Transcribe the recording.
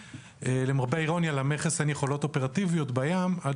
למרבה האירוניה למכס אין יכולות אופרטיביות בים עד